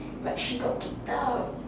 but she got kicked out